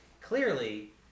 clearly